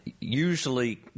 usually